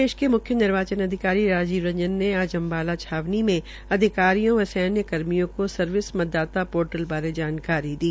प्रदेश के मुख्य निर्वाचन अधिकारी राजीव रंजन ने आज अम्बाला छावनी में अधिकारियों व सैन्य कर्मियों केा सर्विस मतदाता पोर्टल बारे जानकारी दी